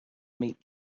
meet